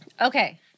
Okay